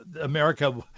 America